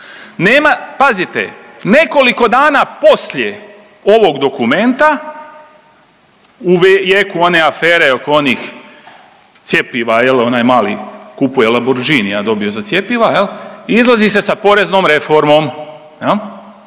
pazite, nekoliko dana poslije ovog dokumenta u jeku one afere oko onih cjepiva jel, onaj mali kupuje Lamborghini, a dobio je za cjepiva jel, izlazi se sa poreznom reformom jel.